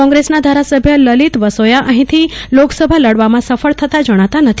કોંગ્રેસના ધારાસભ્ય લલિત વસોયા અહીંથી લોકસભા લડવામાં સફળ થતા જણાતા નથી